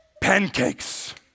pancakes